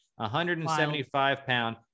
175-pound